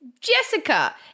Jessica